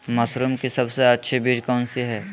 Mushroom की सबसे अच्छी बीज कौन सी है?